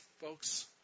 folks